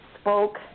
spoke